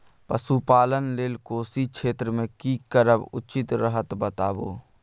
पशुपालन लेल कोशी क्षेत्र मे की करब उचित रहत बताबू?